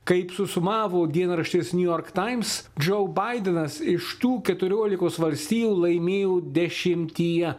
kaip susumavo dienraštis niujorko times džo baidenas iš tų keturiolikos valstijų laimėjo dešimtyje